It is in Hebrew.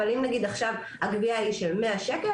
נגיד שעכשיו הגבייה היא של 100 שקל,